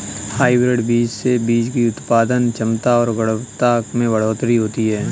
hybrid बीज से बीज की उत्पादन क्षमता और गुणवत्ता में बढ़ोतरी होती है